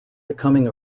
becoming